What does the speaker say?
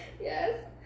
Yes